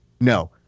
no